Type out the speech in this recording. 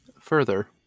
Further